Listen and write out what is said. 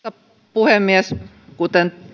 puhemies kuten